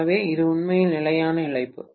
எனவே இது உண்மையில் நிலையான இழப்பு